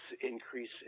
increase